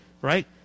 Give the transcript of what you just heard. right